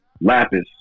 lapis